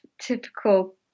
typical